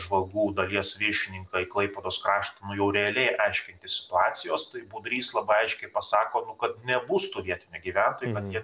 žvalgų dalies ryšininką į klaipėdos kraštą nu jau realiai aiškintis situacijos tai budrys labai aiškiai pasako kad nebus tų vietinių gyventojų kad jie